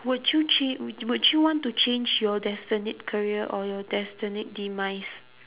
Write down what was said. would you cha~ wou~ would you want to change your destined career or destined demise